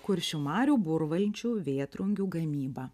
kuršių marių burvalčių vėtrungių gamyba